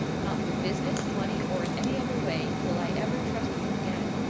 not with business, money, or in any other way, will i ever trust you again.